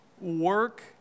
Work